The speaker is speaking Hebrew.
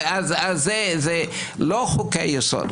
לא חוקי יסוד.